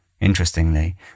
Interestingly